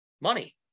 money